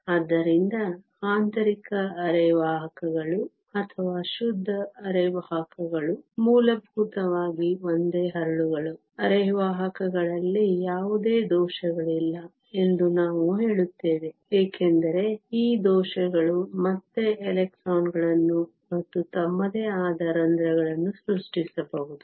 ಆದ್ದರಿಂದ ಆಂತರಿಕ ಅರೆವಾಹಕಗಳು ಅಥವಾ ಶುದ್ಧ ಅರೆವಾಹಕಗಳು ಮೂಲಭೂತವಾಗಿ ಒಂದೇ ಹರಳುಗಳು ಅರೆವಾಹಕಗಳಲ್ಲಿ ಯಾವುದೇ ದೋಷಗಳಿಲ್ಲ ಎಂದು ನಾವು ಹೇಳುತ್ತೇವೆ ಏಕೆಂದರೆ ಈ ದೋಷಗಳು ಮತ್ತೆ ಎಲೆಕ್ಟ್ರಾನ್ಗಳನ್ನು ಮತ್ತು ತಮ್ಮದೇ ಆದ ರಂಧ್ರಗಳನ್ನು ಸೃಷ್ಟಿಸಬಹುದು